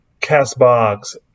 CastBox